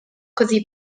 cosí